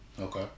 Okay